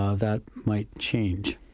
ah that might change.